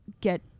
get